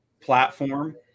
platform